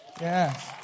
Yes